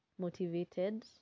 motivated